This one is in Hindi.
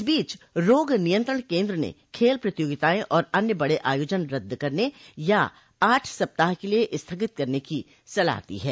इस बीच रोग नियंत्रण केन्द्र ने खेल प्रतियोगिताएं और अन्य बड़े आयोजन रद्द करने या आठ सप्ताह के लिए स्थगित करने की सलाह दी है